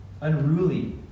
unruly